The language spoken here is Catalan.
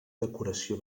decoració